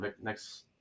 next